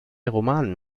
romanen